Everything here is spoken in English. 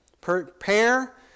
Prepare